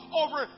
over